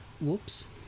whoops